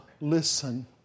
listen